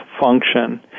function